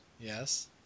Yes